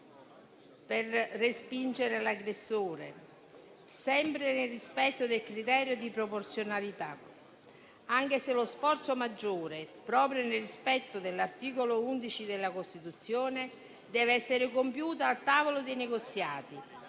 per respingere l'aggressore, sempre nel rispetto del criterio di proporzionalità, anche se lo sforzo maggiore, proprio nel rispetto dell'articolo 11 della Costituzione, deve essere compiuto al tavolo dei negoziati,